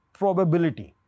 probability